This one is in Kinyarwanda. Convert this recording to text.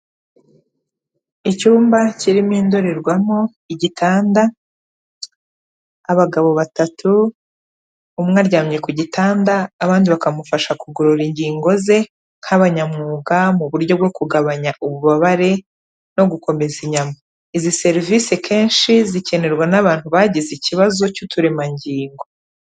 Icyumba kirimo indorerwamo, igitanda, abagabo batatu, umwe aryamye ku gitanda, abandi bakamufasha kugorora ingingo ze nk'abanyamwuga mu buryo bwo kugabanya ububabare no gukomeza inyama. Izi serivisi kenshi, zikenerwa n'abantu bagize ikibazo cy'uturemangingo.